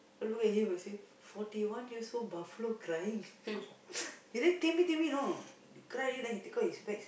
I look at him I say forty one years old buffalo crying he cry already then he take out his specs